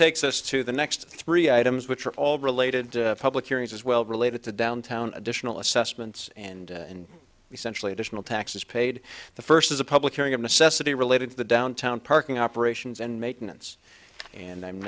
takes us to the next three items which are all related public areas as well related to downtown additional assessments and essentially additional taxes paid the first is a public airing of necessity related to the downtown parking operations and maintenance and i'm